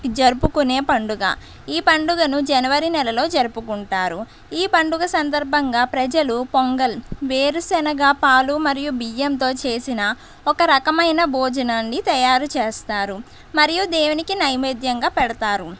జరుపుకునే పండుగ ఈ పండుగను జనవరి నెలలో జరుపుకుంటారు ఈ పండుగ సంధర్భంగా ప్రజలు పొంగల్ వేరుశనగ పాలు మరియు బియ్యంతో చేసిన ఒక రకమైన భోజనాన్ని తయారుచేస్తారు మరియు దేవునికి నైవేద్యంగా పెడతారు